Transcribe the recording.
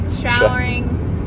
Showering